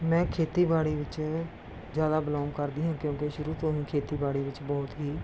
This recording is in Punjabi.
ਮੈਂ ਖੇਤੀਬਾੜੀ ਵਿੱਚ ਜ਼ਿਆਦਾ ਬਿਲੋਂਗ ਕਰਦੀ ਹਾਂ ਕਿਉਂਕਿ ਸ਼ੁਰੂ ਤੋਂ ਹੀ ਖੇਤੀਬਾੜੀ ਵਿੱਚ ਬਹੁਤ ਹੀ